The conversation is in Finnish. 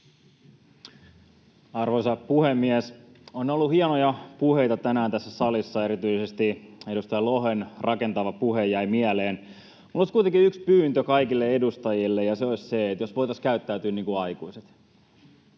Arvoisa puhemies! On ollut hienoja puheita tänään tässä salissa, erityisesti edustaja Lohen rakentava puhe jäi mieleen. Minulla olisi kuitenkin yksi pyyntö kaikille edustajille, ja se olisi se, että jos voitaisiin käyttäytyä niin kuin aikuiset.